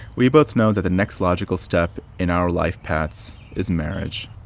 we both know that the next logical step in our life paths is marriage